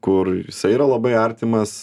kur jisai yra labai artimas